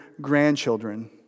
grandchildren